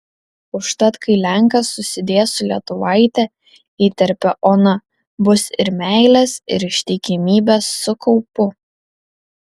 užtat kai lenkas susidės su lietuvaite įterpia ona bus ir meilės ir ištikimybės su kaupu